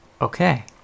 okay